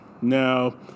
now